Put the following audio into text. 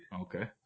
Okay